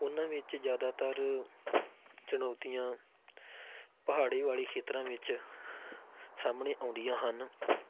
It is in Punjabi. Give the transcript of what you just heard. ਉਹਨਾਂ ਵਿੱਚ ਜ਼ਿਆਦਾਤਰ ਚੁਣੌਤੀਆਂ ਪਹਾੜੀ ਵਾਲੀ ਖੇਤਰਾਂ ਵਿੱਚ ਸਾਹਮਣੇ ਆਉਂਦੀਆਂ ਹਨ